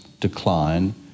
decline